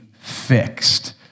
fixed